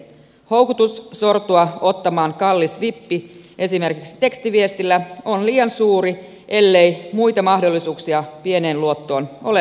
houkutus sortua ottamaan kallis vippi esimerkiksi tekstiviestillä on liian suuri ellei muita mahdollisuuksia pieneen luottoon ole olemassa